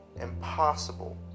impossible